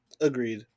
Agreed